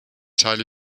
teile